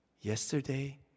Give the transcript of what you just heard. yesterday